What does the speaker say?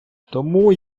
тому